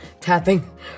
tapping